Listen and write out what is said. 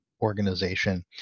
Organization